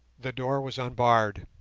the door was unbarred.